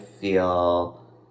feel